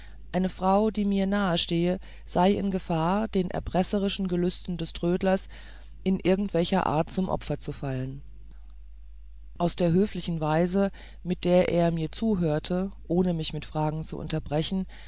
eine frau die mir nahestehe sei in gefahr den erpresserischen gelüsten des trödlers in irgendwelcher art zum opfer zu fallen aus der höflichen weise mit der er mir zuhörte ohne mich mit fragen zu unterbrechen